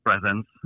presence